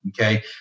Okay